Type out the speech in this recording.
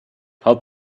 help